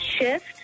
shift